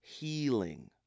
healing